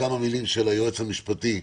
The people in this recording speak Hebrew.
כמה מילים של היועץ המשפטי,